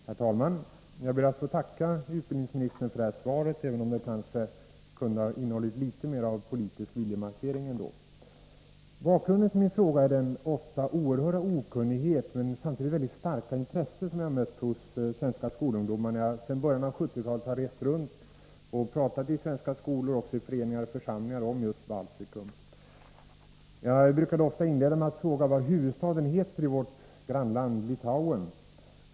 Herr talman! Jag ber att få tacka skolministern för svaret — även om det kanske kunde ha innehållit litet mera av politisk viljemarkering. Bakgrunden till min fråga är den ofta oerhörda okunnighet, samtidigt med ett synnerligen starkt intresse, som jag mött hos svenska skolungdomar när jag sedan början av 1970-talet har rest runt och talat i svenska skolor, också i föreningar och församlingar, om just Baltikum. Jag brukar då ofta inleda med att fråga vad huvudstaden heter i vårt grannland Litauen.